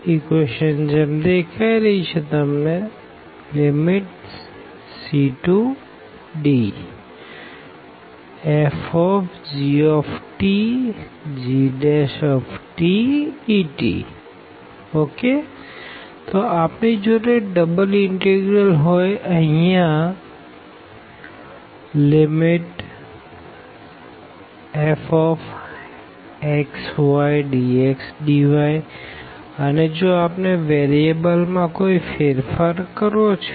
cdfgtgdt તો જો આપણી જોડે ડબલ ઇનટેગરલ હોઈ અહિયાં ∬Rfxydxdyઅને જો આપણે વેરીએબલ માં કોઈ ફેરફાર કરવો છે